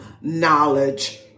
knowledge